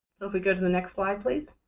so if we go to the next slide, please.